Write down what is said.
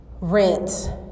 rent